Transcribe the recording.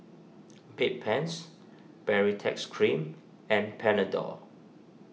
Bedpans Baritex Cream and Panadol